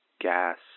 gas